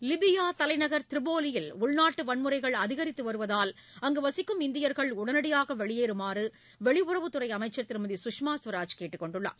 Libya தலைநகர் த்ரிபோலியில் உள்நாட்டு வன்முறைகள் அதிகரித்து வருவதால் அங்கு வசிக்கும் இந்தியர்கள் உடனடியாக வெளியேறுமாறு வெளியுறவுத் துறை அமைச்சர் திருமதி சுஷ்மா சுவராஜ் கேட்டுக்கொண்டுள்ளார்